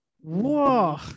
Whoa